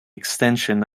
extension